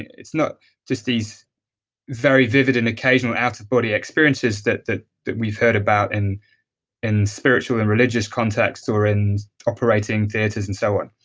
it's not just these very vivid and occasional out body experiences that that we've heard about and in spiritual and religious contexts or in operating theaters and so on.